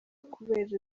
kubera